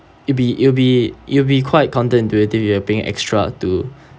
it'll be it'll be it'll be quite counter-intuitive you are paying extra to